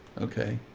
okay.